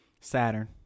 saturn